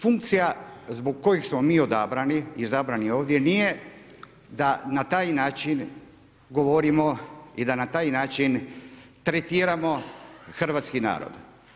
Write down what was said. Funkcija zbog kojih smo mi odabrani, izabrani ovdje, nije da na taj način, govorimo i da na taj način tretiramo hrvatski narod.